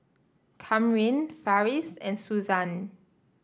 Kamryn Farris and Suzann